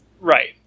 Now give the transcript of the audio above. Right